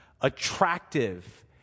attractive